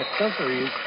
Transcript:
accessories